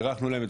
הארכנו להם.